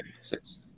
six